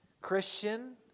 Christian